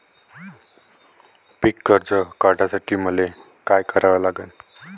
पिक कर्ज काढासाठी मले का करा लागन?